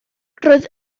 roedd